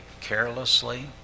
carelessly